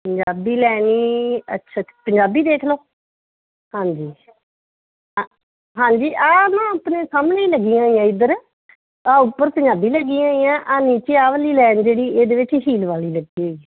ਪੰਜਾਬੀ ਲੈਣੀ ਅੱਛਾ ਪੰਜਾਬੀ ਦੇਖ ਲਓ ਹਾਂਜੀ ਹਾਂਜੀ ਆਹ ਨਾ ਆਪਣੇ ਸਾਮਣੇ ਲੱਗੀਆਂ ਇੱਧਰ ਆਹ ਉੱਪਰ ਪੰਜਾਬੀ ਲੱਗੀਆਂ ਹੋਈਆਂ ਆਹ ਨੀਚੇ ਆਹ ਵਾਲੀ ਲਾਈਨ ਜਿਹੜੀ ਇਹਦੇ ਵਿਚ ਹੀਲ ਵਾਲੀ ਲੱਗੀ ਹੋਈ